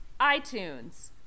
iTunes